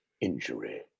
Injury